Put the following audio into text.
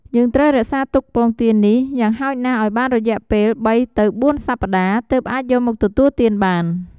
យើងត្រូវរក្សាទុកពងទានេះ យ៉ាងហោចណាស់ឱ្យបានរយៈពេល ៣ទៅ៤សប្តាហ៍ ទើបអាចយកមកទទួលទានបាន។